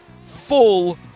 full